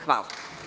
Hvala.